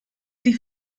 die